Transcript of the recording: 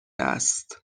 است